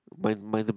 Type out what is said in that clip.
my my